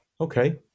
okay